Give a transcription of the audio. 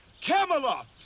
Camelot